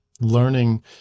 learning